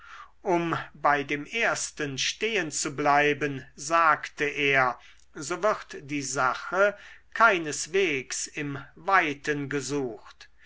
um bei dem ersten stehen zu bleiben sagte er so wird die sache keineswegs im weiten gesucht